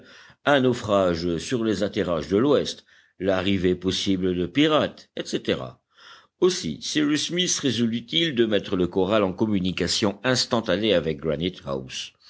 un naufrage sur les atterrages de l'ouest l'arrivée possible de pirates etc aussi cyrus smith résolut il de mettre le corral en communication instantanée avec